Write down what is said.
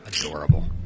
Adorable